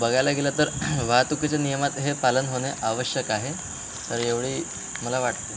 बघायला गेलं तर वाहतुकीच्या नियमात हे पालन होणे आवश्यक आहे तर एवढी मला वाटते